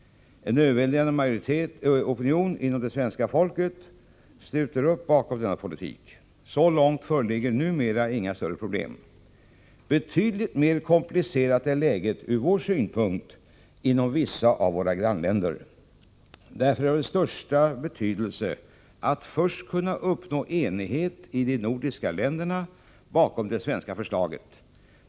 En överväldigande opinion inom det svenska folket sluter upp bakom denna politik. Så långt föreligger numera inga större problem. Betydligt mer komplicerat är ur vår synpunkt läget inom vissa av våra grannländer. Därför är det av största betydelse att först kunna uppnå enighet i de nordiska länderna om det svenska förslaget.